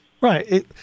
Right